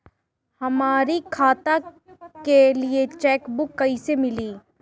हमरी खाता के लिए चेकबुक कईसे मिली?